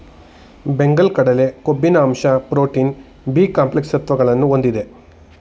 ಬೆಂಗಲ್ ಕಡಲೆ ಕೊಬ್ಬಿನ ಅಂಶ ಪ್ರೋಟೀನ್, ಬಿ ಕಾಂಪ್ಲೆಕ್ಸ್ ಸತ್ವಗಳನ್ನು ಹೊಂದಿದೆ